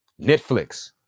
Netflix